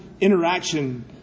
interaction